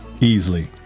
easily